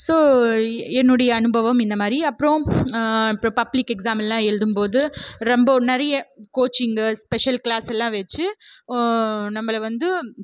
so என்னுடைய அனுபவம் இந்த மாதிரி அப்புறம் பப்ளிக் எக்ஸாம்லாம் எழுதும் போது ரொம்ப நிறைய கோச்சிங் ஸ்பெஷல் கிளாஸ்சுலாம் வச்சு நம்மளை வந்து